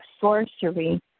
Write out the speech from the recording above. sorcery